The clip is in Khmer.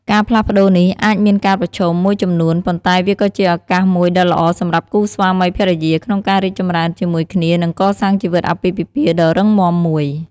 ការផ្លាស់ប្តូរនេះអាចមានការប្រឈមមួយចំនួន ប៉ុន្តែវាក៏ជាឱកាសមួយដ៏ល្អសម្រាប់គូស្វាមីភរិយា ក្នុងការរីកចម្រើនជាមួយគ្នា និងកសាងជីវិតអាពាហ៍ពិពាហ៍ដ៏រឹងមាំមួយ។